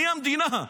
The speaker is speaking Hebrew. אני המדינה.